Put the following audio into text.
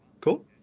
cool